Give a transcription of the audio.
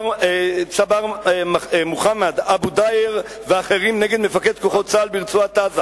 צאבר מחמד אבו דאייר ואחרים נגד מפקד כוחות צה"ל ברצועת-עזה.